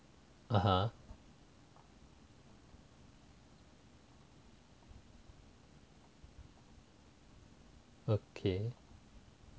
(uh huh) okay